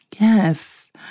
yes